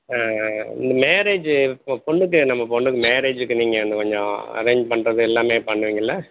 ஆ இந்த மேரேஜ்ஜு பொ பொண்ணுக்கு நம்ம பொண்ணுக்கு மேரேஜ்ஜு இருக்குது நீங்கள் வந்து கொஞ்சம் அரேஞ்ச் பண்ணுறது எல்லாமே பண்ணுவீங்கள்லே